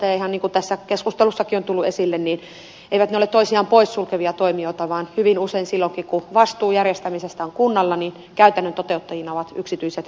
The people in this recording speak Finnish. ihan niin kuin tässä keskustelussakin on tullut esille ne eivät ole toisiaan pois sulkevia toimijoita vaan hyvin usein silloinkin kun vastuu järjestämisestä on kunnalla käytännön toteuttajina ovat yksityiset yritykset